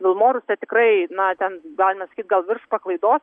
vilmorus tai tikrai na ten galima sakyt gal virš paklaidos